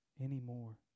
anymore